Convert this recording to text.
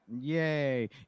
Yay